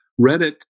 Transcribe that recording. Reddit